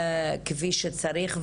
בוא נגיד, כפי שצריך.